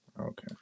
Okay